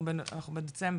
אנחנו בדצמבר.